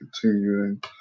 continuing